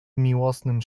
miłosnym